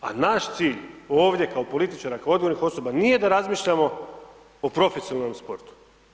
A naš cilj ovdje kao političara, kao odgovornih osoba nije da razmišljamo o profesionalnom sportu.